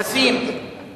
ביחסים